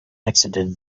exited